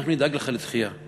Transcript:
אנחנו נדאג לך לדחייה.